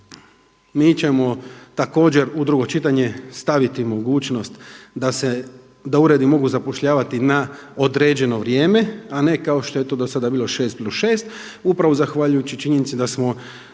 mi ćemo također u drugo čitanje staviti mogućnost da uredi mogu zapošljavati na određeno vrijeme, a ne kao što je to do sada bilo 6 plus 6 upravo zahvaljujući činjenici da smo